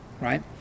right